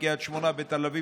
בקריית שמונה בתל אביב,